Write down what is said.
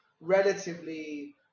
relatively